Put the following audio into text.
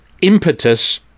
impetus